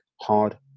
hard